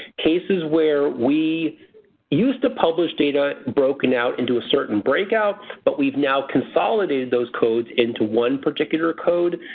cases where we used to publish data broken out into a certain breakout but we've now consolidated those codes into one particular code.